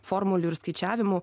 formulių ir skaičiavimų